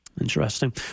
Interesting